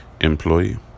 employee